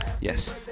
yes